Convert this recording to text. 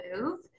move